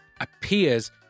appears